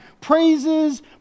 Praises